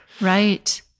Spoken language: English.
right